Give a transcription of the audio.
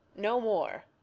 no more!